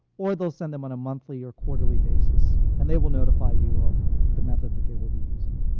or they'll send them on a monthly or quarterly basis. and they will notify you of the method that they will be using.